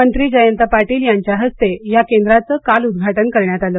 मंत्री जयंत पाटील यांच्या हस्ते या केंद्राचं काल उद्घाटन करण्यात आलं